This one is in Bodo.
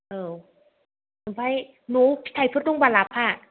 औ ओमफ्राय न'आव फिथाइफोर दंबा लाफा